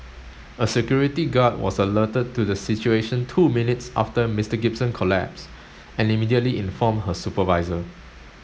a security guard was alerted to the situation two minutes after Mister Gibson collapsed and immediately informed her supervisor